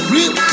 Real